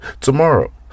tomorrow